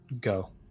go